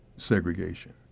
segregation